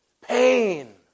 pain